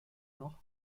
noch